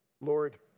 Lord